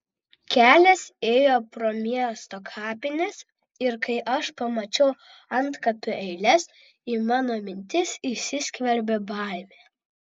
kelias ėjo pro miesto kapines ir kai aš pamačiau antkapių eiles į mano mintis įsiskverbė baimė